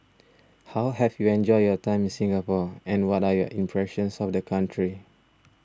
how have you enjoyed your time in Singapore and what are your impressions of the country